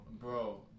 Bro